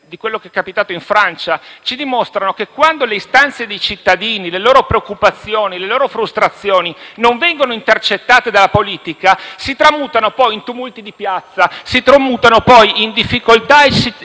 a quanto capitato in Francia - ci dimostrano che quando le istanze dei cittadini, le loro preoccupazioni e le loro frustrazioni non vengono intercettate dalla politica si tramutano poi in tumulti di piazza, in difficoltà e città